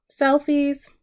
selfies